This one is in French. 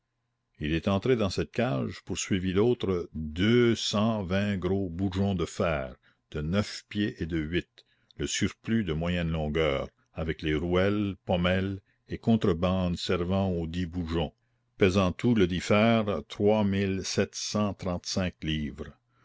il est entré dans cette cage poursuivit l'autre deux cent vingt gros boujons de fer de neuf pieds et de huit le surplus de moyenne longueur avec les rouelles pommelles et contre bandes servant auxdits boujons pesant tout ledit fer trois mille sept cent trente-cinq livres